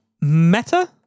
Meta